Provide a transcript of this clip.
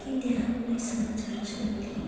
के त्यहाँ कुनै समाचार छ ओली